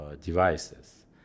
devices